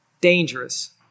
dangerous